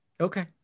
okay